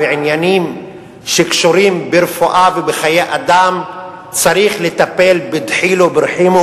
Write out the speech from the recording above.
בעניינים שקשורים ברפואה ובחיי אדם צריך לטפל בדחילו ורחימו,